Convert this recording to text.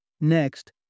Next